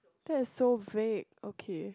that is so vague okay